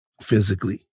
physically